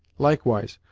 likewise,